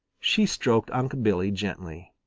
she stroked unc' billy gently.